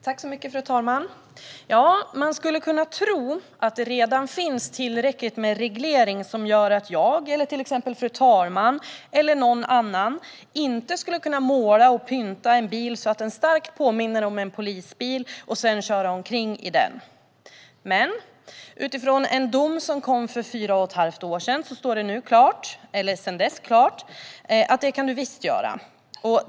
Fru talman! Man skulle kunna tro att det redan finns tillräckligt med reglering för att jag, fru talmannen eller någon annan inte ska kunna måla och pynta en bil så att den starkt påminner om en polisbil och sedan köra omkring i den. Men efter en dom som kom för fyra och ett halvt år sedan stod det klart att man visst kan göra så.